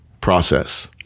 process